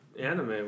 anime